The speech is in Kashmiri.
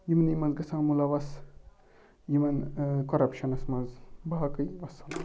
یِمنٕے منٛز گژھان مُلوث یِمَن کوٚرَپشَنَن منٛز باقٕے وَسلام